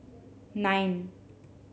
nine